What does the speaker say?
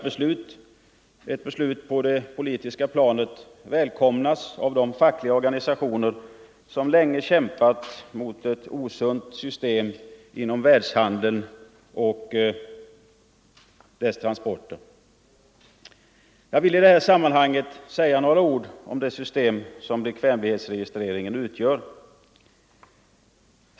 Ett beslut på det politiska planet välkomnas av de fackliga organisationer som länge kämpat mot ett osunt system inom världshandeln och dess transporter. Jag vill i det här sammanhanget säga några ord om det system som bekvämlighetsregistreringen utgör.